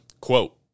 Quote